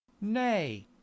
Nay